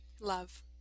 Love